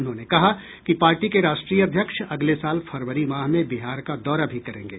उन्होंने कहा कि पार्टी के राष्ट्रीय अध्यक्ष अगले साल फरवरी माह में बिहार का दौरा भी करेंगे